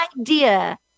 idea